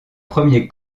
premier